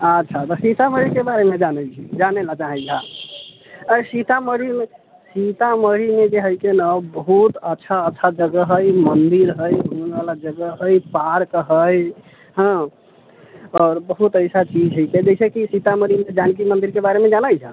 अच्छा तऽ सीतामढ़ी के बारेमे जानै छी जानै लए चाहै छऽ अरे सीतामढ़ी सीतामढ़ीमे जे हय के न बहुत अच्छा अच्छा जगह हय मन्दिर हय घुमै बला जगह हय पार्क हय हऽ आओर बहुत ऐसन चीज हय एसे कि जैसे सीतामढ़ीमे जानकी मन्दिरके बारेमे जाने छऽ